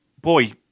boy